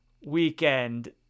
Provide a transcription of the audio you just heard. weekend